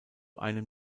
einem